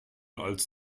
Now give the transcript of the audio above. als